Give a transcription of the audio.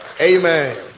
amen